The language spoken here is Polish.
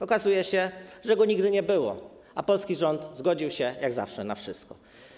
Okazuje się, że go nigdy nie było, a polski rząd zgodził się - jak zawsze - na wszystko.